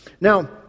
Now